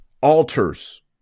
Altars